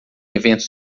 eventos